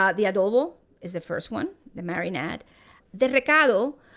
ah the adobe is the first one the marinade. the recaito,